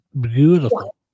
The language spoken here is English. Beautiful